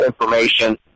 information